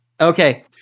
Okay